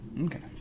Okay